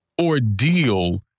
ordeal